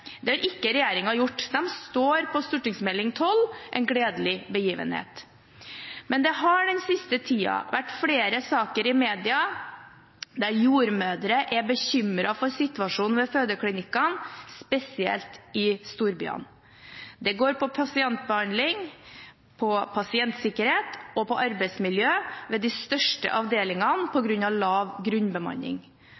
Det har ikke regjeringen gjort. De står på St.meld. nr. 12 for 2008–2009, En gledelig begivenhet. Men det har den siste tiden vært flere saker i mediene der jordmødre er bekymret for situasjonen ved fødeklinikkene, spesielt i storbyene. Det dreier seg om pasientbehandling, om pasientsikkerhet og om arbeidsmiljø ved de største avdelingene, på